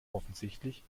offensichtlich